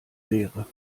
leere